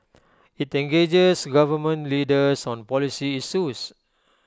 IT engages government leaders on policy issues